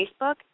Facebook